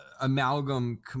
amalgam